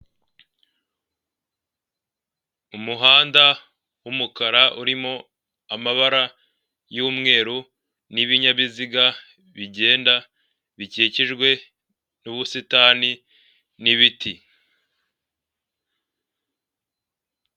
Umuhanda w'umukara urimo amabara y'umweru n'ibinyabiziga bigenda bikikijwe n'ubusitani n'ibiti.